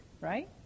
right